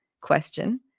question